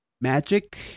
magic